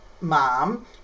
Mom